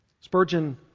Spurgeon